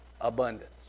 abundance